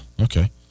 Okay